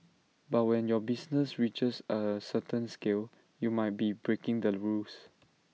but when your business reaches A certain scale you might be breaking the rules